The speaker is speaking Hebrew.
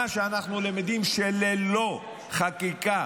מה שאנחנו למדים הוא שללא חקיקה